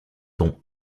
dont